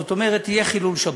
זאת אומרת, יהיה חילול שבת.